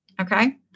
Okay